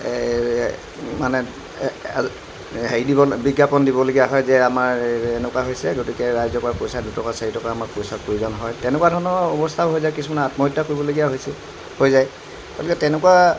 মানে হেৰি দিব বিজ্ঞাপন দিবলগীয়া হয় যে আমাৰ এনেকুৱা হৈছে গতিকে ৰাইজৰ পৰা পইচা দুটকা চাৰিটকা আমাক পইচা প্ৰয়োজন হয় তেনেকুৱা ধৰণৰ অৱস্থাও হৈ যায় কিছুমানে আত্মহত্যা কৰিবলগীয়াও হৈছে হৈ যায় গতিকে তেনেকুৱা